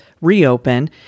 reopen